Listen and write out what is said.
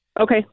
Okay